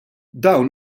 dawn